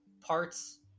parts